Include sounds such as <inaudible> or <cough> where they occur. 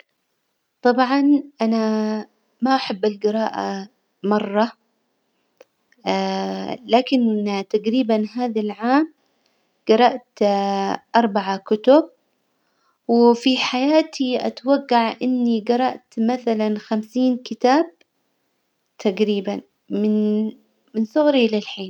طبعا أنا ما أحب الجراءة مرة <hesitation> لكن تجريبا هذا العام جرأت <hesitation> أربعة كتب، وفي حياتي أتوجع إني جرأت مثلا خمسين كتاب تجريبا من- من صغري للحين.